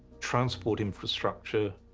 transport infrastructure,